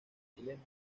chileno